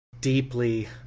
deeply